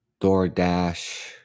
DoorDash